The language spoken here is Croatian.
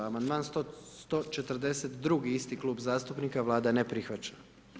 Amandman 142. isti klub zastupnika, Vlada ne prihvaća.